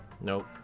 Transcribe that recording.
Nope